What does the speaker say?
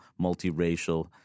multiracial